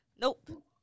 nope